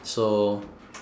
so